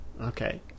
Okay